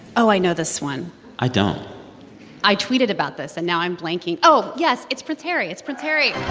oh, i know this one i don't i tweeted about this. and now i'm blanking. oh, yes. it's prince harry. it's prince harry